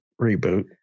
reboot